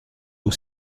aux